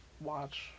Watch